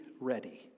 ready